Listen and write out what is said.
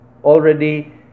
already